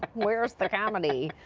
where is the comedy?